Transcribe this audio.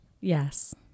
Yes